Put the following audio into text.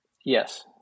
Yes